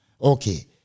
okay